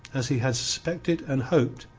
as he had suspected and hoped,